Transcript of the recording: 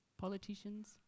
politicians